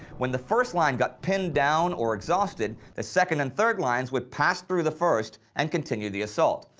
when the first line got pinned down or exhausted, the second and third lines would pass through the first and continue the assault.